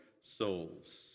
souls